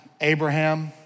Abraham